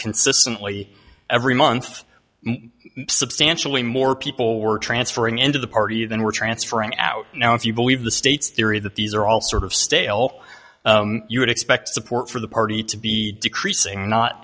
consistently every month substantially more people were transferring into the party than we're transferring out now if you believe the state's theory that these are all sort of stale you would expect support for the party to be decreasing not